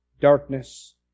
Darkness